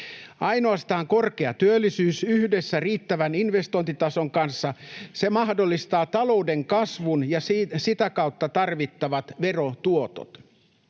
Ainoastaan korkea työllisyys yhdessä riittävän investointitason kanssa mahdollistaa talouden kasvun ja sitä kautta tarvittavat verotuotot.